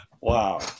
Wow